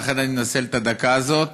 ולכן אני מנצל את הדקה הזאת.